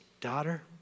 Daughter